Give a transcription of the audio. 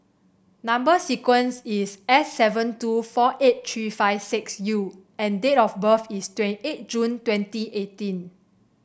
number sequence is S seven two four eight three five six U and date of birth is twenty eight June twenty eighteen